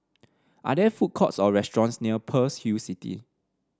are there food courts or restaurants near Pearl's Hill City